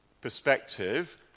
perspective